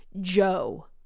Joe